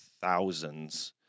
thousands